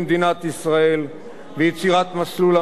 ויצירת מסלול המשלב לימודים ושירות,